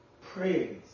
praise